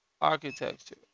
architecture